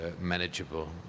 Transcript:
manageable